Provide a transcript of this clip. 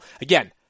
Again